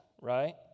right